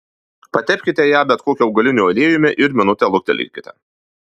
patepkite ją bet kokiu augaliniu aliejumi ir minutę luktelėkite